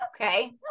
okay